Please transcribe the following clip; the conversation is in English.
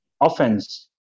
offense